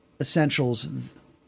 essentials